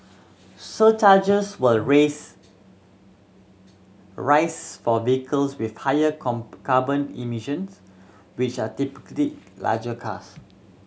surcharges will raise rise for vehicles with higher come carbon emissions which are typically larger cars